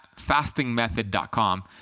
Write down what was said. fastingmethod.com